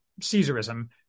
Caesarism